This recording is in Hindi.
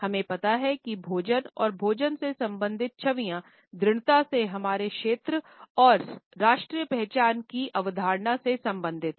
हम पाते हैं कि भोजन और भोजन से संबंधित छवियां दृढ़ता से हमारे क्षेत्र और राष्ट्रीय पहचान की अवधारणा से संबंधित हैं